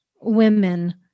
women